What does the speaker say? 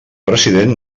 president